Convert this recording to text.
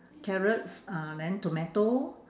carrots uh then tomato